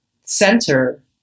center